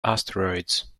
asteroids